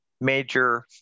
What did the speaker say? major